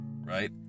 right